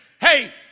hey